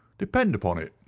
depend upon it,